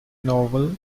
novel